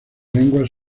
lenguas